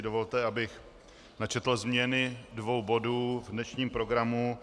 Dovolte, abych načetl změny dvou bodů v dnešním programu.